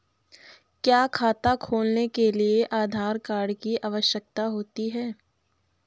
क्या खाता खोलने के लिए आधार कार्ड की आवश्यकता होती है?